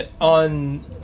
on